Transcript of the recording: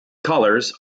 colors